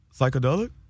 psychedelic